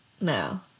No